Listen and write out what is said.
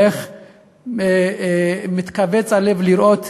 ואיך הלב מתכווץ מלראות את